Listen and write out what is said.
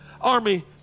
army